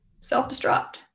self-destruct